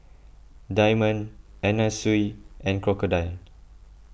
Diamond Anna Sui and Crocodile